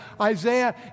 Isaiah